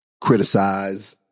criticize